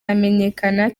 amenyekana